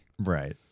Right